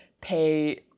pay